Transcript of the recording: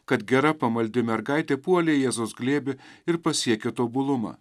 kad gera pamaldi mergaitė puolė į jėzaus glėbį ir pasiekė tobulumą